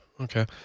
Okay